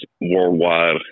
worldwide